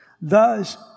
Thus